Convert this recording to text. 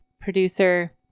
producer